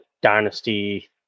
Dynasty